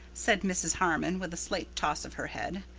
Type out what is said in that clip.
said mrs. harmon, with a slight toss of her head.